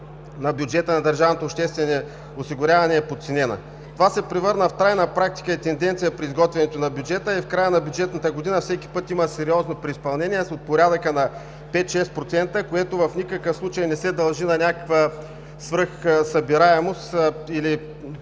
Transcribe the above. на бюджета на държавното обществено осигуряване е подценена. Това се превърна в трайна практика и тенденция при изготвянето на бюджета и в края на бюджетната година всеки път има сериозно преизпълнение от порядъка на 5-6%, което в никакъв случай не се дължи на някаква свръхсъбираемост или